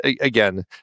again